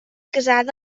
casada